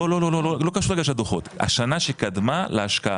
לא לא לא קשור להגשת הדוחות, השנה שקדמה להשקעה.